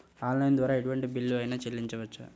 Online ద్వారా ఎటువంటి bill అయినా చెల్లించవచ్చా?